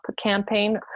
campaign